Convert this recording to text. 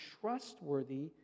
trustworthy